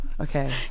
Okay